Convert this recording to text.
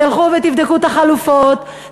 תלכו ותבדקו את החלופות,